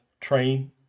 train